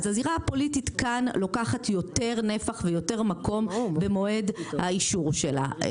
אז הזירה הפוליטית כאן לוקחת יותר נפח ויותר מקום במועד האישור שלה.